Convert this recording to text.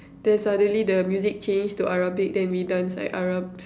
then suddenly the music change to Arabic then we dance like Arabs